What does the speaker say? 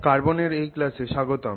কার্বনের এই ক্লাসে স্বাগতম